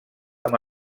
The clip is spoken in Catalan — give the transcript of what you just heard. amb